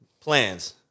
Plans